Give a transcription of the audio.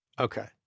Okay